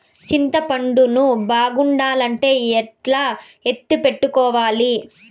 చింతపండు ను బాగుండాలంటే ఎట్లా ఎత్తిపెట్టుకోవాలి?